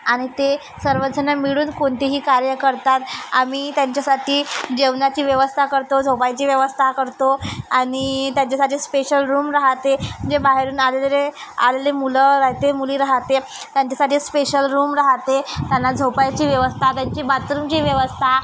आणि ते सर्व जण मिळून कोणतेही कार्य करतात आम्ही त्यांच्यासाठी जेवणाची व्यवस्था करतो झोपायची व्यवस्था करतो आणि त्यांच्यासाठी स्पेशल रूम राहते जे बाहेरून आलेले आलेले मुलं राहते मुली राहते त्यांच्यासाठी स्पेशल रूम राहते त्यांना झोपायची व्यवस्था त्यांची बाथरूमची व्यवस्था